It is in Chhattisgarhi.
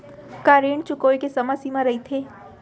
का ऋण चुकोय के समय सीमा रहिथे?